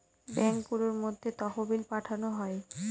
ব্যাঙ্কগুলোর মধ্যে তহবিল পাঠানো হয়